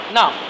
now